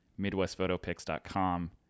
midwestphotopics.com